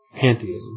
pantheism